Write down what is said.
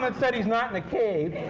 but said he's not in a cave